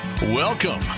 Welcome